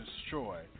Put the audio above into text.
destroy